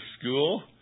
school